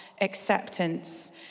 acceptance